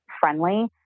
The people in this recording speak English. friendly